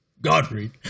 Godfrey